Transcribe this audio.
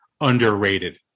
underrated